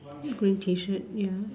green T shirt ya